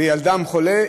וילדם חולה,